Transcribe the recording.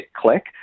click